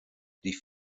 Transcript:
die